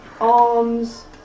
arms